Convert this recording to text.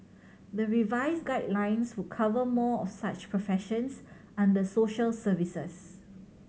the revised guidelines would cover more of such professions under social services